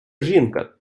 жінка